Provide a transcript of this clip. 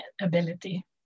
ability